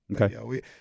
Okay